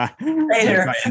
later